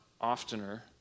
oftener